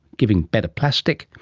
giving better plastic,